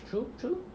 true true